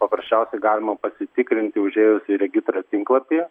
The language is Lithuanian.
paprasčiausiai galima pasitikrinti užėjus į regitrą tinklapyje